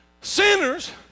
sinners